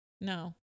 no